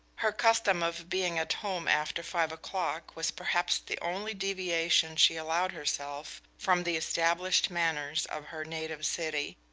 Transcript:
her custom of being at home after five o'clock was perhaps the only deviation she allowed herself from the established manners of her native city,